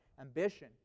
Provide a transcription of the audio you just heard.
ambition